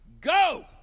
Go